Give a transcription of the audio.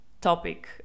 topic